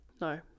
No